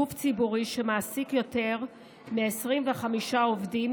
גוף ציבורי שמעסיק יותר מ-25 עובדים